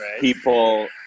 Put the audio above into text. People